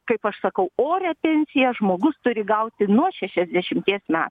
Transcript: kaip aš sakau orią pensiją žmogus turi gauti nuo šešiasdešimties met